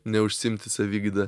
neužsiimti savigyda